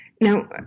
now